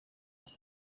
bato